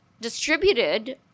distributed